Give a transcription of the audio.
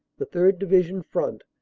the third. division front,